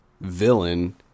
villain